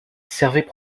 servaient